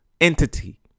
entity